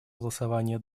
голосования